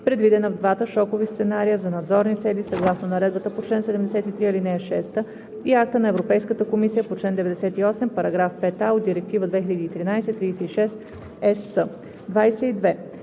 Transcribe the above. предвидена в двата шокови сценария за надзорни цели, съгласно наредбата по чл. 73, ал. 6 и акта на Европейската комисия по чл. 98, параграф 5а от Директива 2013/36/ЕС; 22.